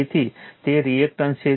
તેથી તે રિએક્ટન્સ છે